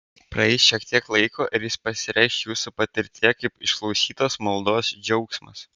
praeis šiek tiek laiko ir jis pasireikš jūsų patirtyje kaip išklausytos maldos džiaugsmas